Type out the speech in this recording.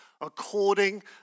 according